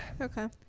Okay